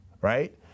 right